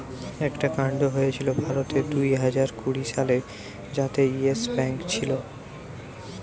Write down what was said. একটা কান্ড হয়েছিল ভারতে দুইহাজার কুড়ি সালে যাতে ইয়েস ব্যাঙ্ক ছিল